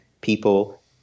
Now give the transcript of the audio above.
people